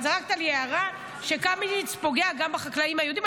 זרקת לי הערה שקמיניץ פוגע גם בחקלאים היהודים.